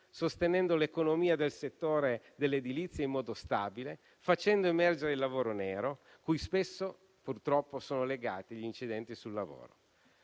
sostenendo l'economia del settore dell'edilizia in modo stabile e facendo emergere il lavoro nero, cui spesso, purtroppo, sono legati gli incidenti sul lavoro.